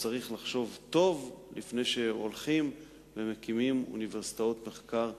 וצריך לחשוב טוב לפני שהולכים ומקימים אוניברסיטאות מחקר נוספות.